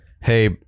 hey